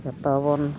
ᱡᱚᱛᱚᱵᱚᱱ